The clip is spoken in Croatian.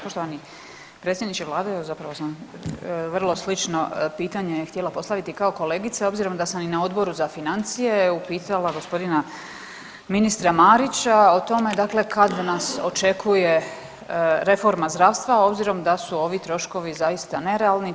Poštovani predsjedniče vlade, evo zapravo sam vrlo slično pitanje htjela postaviti i kao kolegica obzirom da sam i na Odboru za financije upitala gospodina ministra Marića o tome dakle kada nas očekuje reforma zdravstva obzirom da su ovi troškovi zaista nerealni.